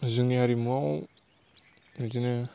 जोंनि हारिमुवाव बिदिनो